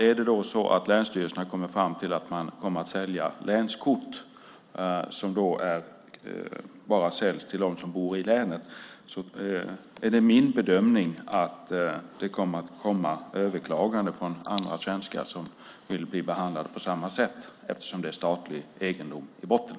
Är det så att länsstyrelserna kommer fram till att man kommer att sälja länskort som bara säljs till dem som bor i länet är det min bedömning att det kommer att komma överklaganden från andra svenskar som vill bli behandlade på samma sätt, eftersom det är statlig egendom i botten.